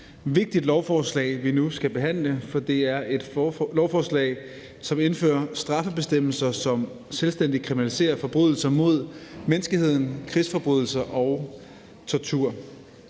vigtigt lovforslag, vi nu skal behandle, for det er et lovforslag, som indfører straffebestemmelser, som selvstændigt kriminaliserer forbrydelser mod menneskeheden, krigsforbrydelser og tortur.